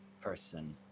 person